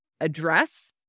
address